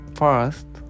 first